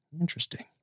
Interesting